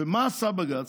ומה עשה בג"ץ?